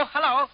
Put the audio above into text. Hello